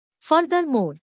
Furthermore